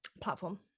platform